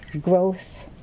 growth